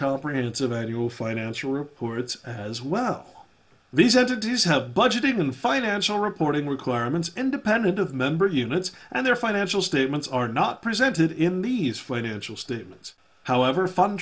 comprehensive annual financial reports as well these entities have budget even financial reporting requirements independent of member units and their financial statements are not presented in these financial statements however fund